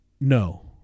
no